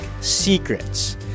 secrets